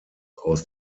aus